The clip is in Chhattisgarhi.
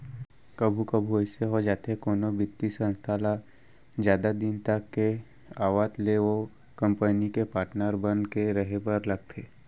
कभू कभू अइसे हो जाथे कोनो बित्तीय संस्था ल जादा दिन तक के आवत ले ओ कंपनी के पाटनर बन के रहें बर लगथे